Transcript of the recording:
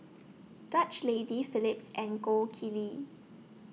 Dutch Lady Phillips and Gold Kili